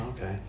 okay